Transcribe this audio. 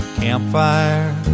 Campfire